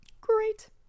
Great